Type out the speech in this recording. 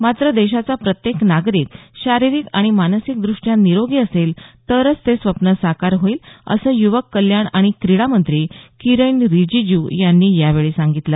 मात्र देशाचा प्रत्येक नागरिक शारीरिक आणि मानसिक द्रष्ट्या निरोगी असेल तरच ते स्वप्न साकार होईल असं युवक कल्याण आणि क्रीडामंत्री किरण रिजिजू यांनी यावेळी सांगितलं